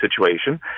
situation